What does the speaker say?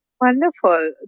Wonderful